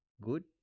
Good